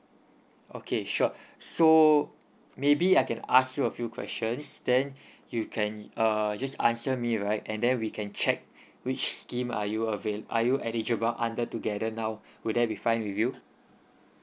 okay sure so maybe I can ask you a few questions then you can err just answer me right and then we can check which scheme are you avail~ are you eligible under together now would that be fine with you